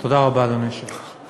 תודה רבה, אדוני היושב-ראש.